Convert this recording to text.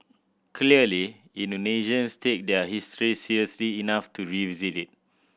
clearly Indonesians take their history seriously enough to revisit it